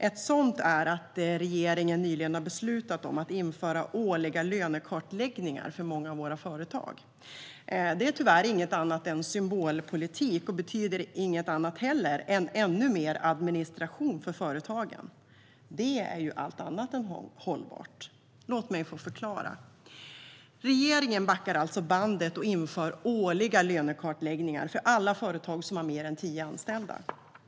Ett sådant är att regeringen nyligen har beslutat om att införa årliga lönekartläggningar för många av våra företag. Det är tyvärr inget annat än symbolpolitik och betyder inte heller något annat än ännu mer administration för företagen. Det är allt annat än hållbart. Låt mig förklara. Regeringen backar alltså bandet och inför årliga lönekartläggningar för alla företag som har mer än tio anställda.